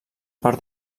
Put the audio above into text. per